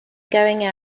going